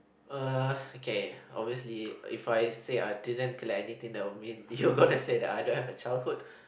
uh okay obviously if I say I didn't collect anything that will mean you gonna say that I don't have a childhood